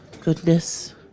goodness